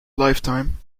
lifetime